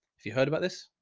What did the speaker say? have you heard about this?